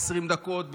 20 דקות,